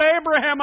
Abraham